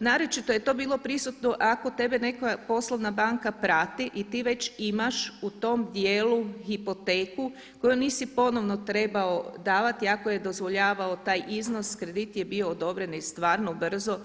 Naročito je to bilo prisutno ako tebe neka poslovna banka prati i ti već imaš u tom djelu hipoteku koju nisi ponovno trebao davati, ako je dozvoljavao taj iznos, kredit je bio odobren i stvarno brzo,